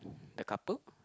the couple